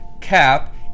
cap